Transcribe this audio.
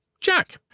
Jack